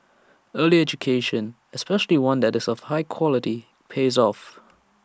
early education especially one that is of high quality pays off